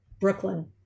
Brooklyn